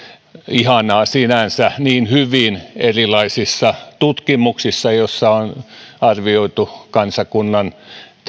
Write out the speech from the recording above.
ihanaa sinänsä niin hyvin erilaisissa tutkimuksissa joissa on arvioitu kansakunnan